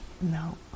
no